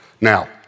Now